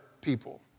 people